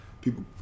people